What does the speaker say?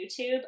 YouTube